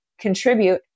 contribute